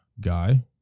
Guy